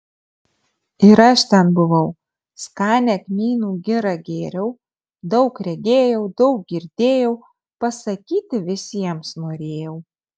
ir aš ten buvau skanią kmynų girą gėriau daug regėjau daug girdėjau pasakyti visiems norėjau